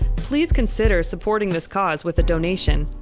please consider supporting this cause with a donation.